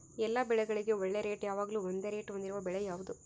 ಎಲ್ಲ ಬೆಳೆಗಳಿಗೆ ಒಳ್ಳೆ ರೇಟ್ ಯಾವಾಗ್ಲೂ ಒಂದೇ ರೇಟ್ ಹೊಂದಿರುವ ಬೆಳೆ ಯಾವುದು?